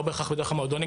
לא בהכרח דרך המועדונים,